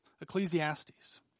Ecclesiastes